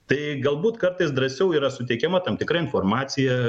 tai galbūt kartais drąsiau yra suteikiama tam tikra informacija